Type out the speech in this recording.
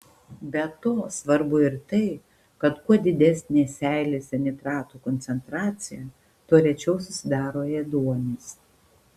be to svarbu ir tai kad kuo didesnė seilėse nitratų koncentracija tuo rečiau susidaro ėduonis